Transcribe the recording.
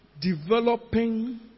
Developing